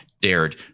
dared